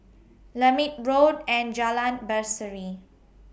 Lermit Road and Jalan Berseri